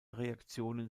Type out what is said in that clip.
reaktionen